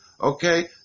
okay